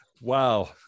Wow